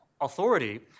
authority